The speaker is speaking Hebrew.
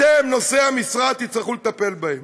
אתם, נושאי המשרה, תצטרכו לטפל בהם.